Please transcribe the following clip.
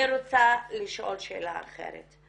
ליאנה, אני רוצה לשאול שאלה אחרת.